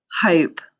Hope